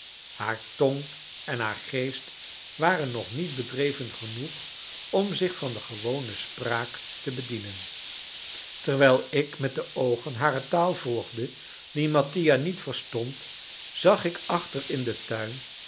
haar tong en haar geest waren nog niet bedreven genoeg om zich van de gewone spraak te bedienen terwijl ik met de oogen hare taal volgde die mattia niet verstond zag ik achter in den tuin